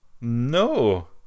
No